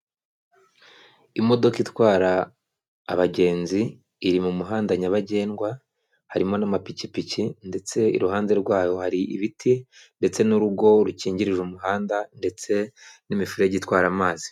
Imodoka itwara abagenzi iri mu muhanda nyabagendwa, harimo n'amapikipiki ndetse iruhande rwayo hari ibiti ndetse n'urugo, rukingirije umuhanda ndetse n'imifurege itwara amazi.